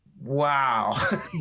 wow